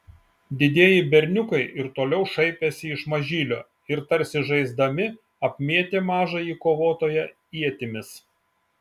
didieji berniukai ir toliau šaipėsi iš mažylio ir tarsi žaisdami apmėtė mažąjį kovotoją ietimis